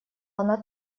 она